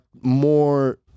more